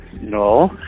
No